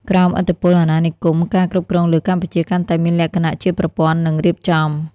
ក្រោមឥទ្ធិពលអាណានិគម ការគ្រប់គ្រងលើកម្ពុជាកាន់តែមានលក្ខណៈជាប្រព័ន្ធ និងរៀបចំ។